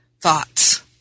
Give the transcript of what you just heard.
thoughts